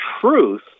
truth